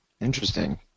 Interesting